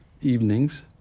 evenings